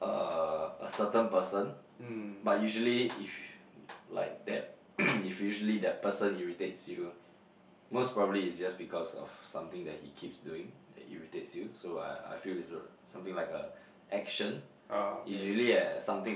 a a certain person but usually if like that if usually that person irritates you most probably it's just because of something that he keeps doing that irritates you so I I feel it's something like a action usually at something that